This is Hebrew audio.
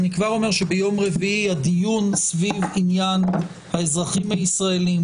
אני כבר אומר שביום רביעי הדיון סביב עניין האזרחים הישראלים,